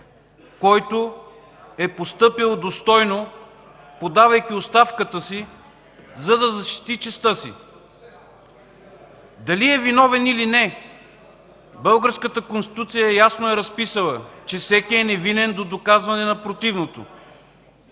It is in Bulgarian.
който е постъпил достойно, подавайки оставката си, за да защити честта си? (Шум и реплики от БСП ЛБ.) Дали е виновен, или не, българската Конституция ясно е разписала, че всеки е невинен до доказване на противното.